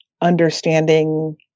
understanding